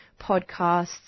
podcasts